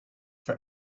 for